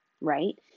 right